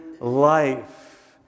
life